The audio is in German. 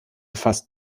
fast